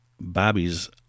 Bobby's